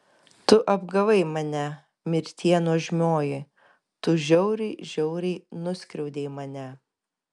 tu apgavai mane mirtie nuožmioji tu žiauriai žiauriai nuskriaudei mane